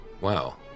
Wow